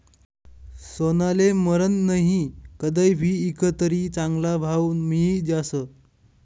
सोनाले मरन नही, कदय भी ईकं तरी चांगला भाव मियी जास